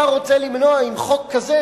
אתה רוצה למנוע עם חוק כזה,